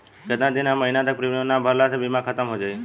केतना दिन या महीना तक प्रीमियम ना भरला से बीमा ख़तम हो जायी?